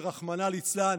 שרחמנא ליצלן,